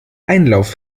einlauf